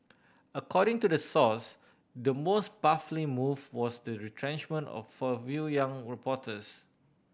according to the source the most baffling move was the retrenchment of a few young reporters